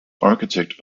architect